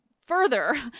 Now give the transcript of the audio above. further